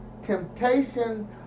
temptation